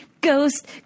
Ghost